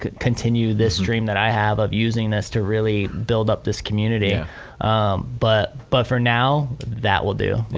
continue this dream that i have of using this to really build up this community ah but but for now, that will do,